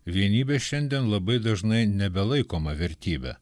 vienybė šiandien labai dažnai nebelaikoma vertybe